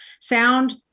sound